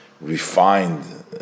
refined